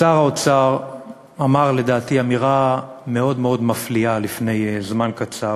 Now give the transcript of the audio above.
שר האוצר אמר לדעתי אמירה מאוד מפליאה לפני זמן קצר.